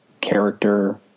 character